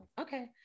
okay